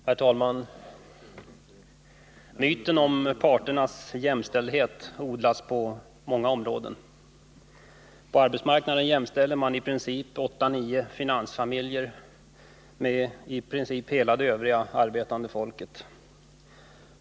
Herr talman! Myten om parternas jämställdhet odlas på många områden. På arbetsmarknaden jämställer man åtta nio finansfamiljer med i princip hela det övriga arbetande folket.